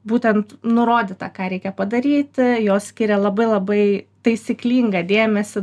būtent nurodyta ką reikia padaryti jos skiria labai labai taisyklingą dėmesį